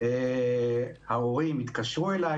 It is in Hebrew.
ההורים התקשרו אליי,